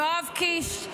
יואב קיש,